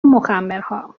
مخمرها